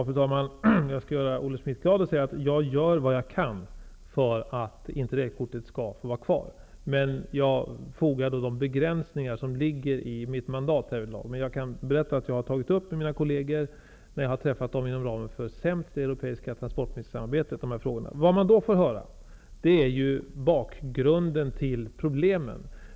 Fru talman! Jag skall göra Olle Schmidt glad och säga att jag gör vad jag kan för att interrailkortet skall få vara kvar, men jag tillfogar då de begränsningar som ligger i mitt mandat härvidlag. Jag kan berätta att jag har tagit upp de här frågorna med mina kolleger inom ramen för det europeiska transportmedelssamarbetet. Vad man då får höra är bakgrunden till problemen.